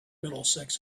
middlesex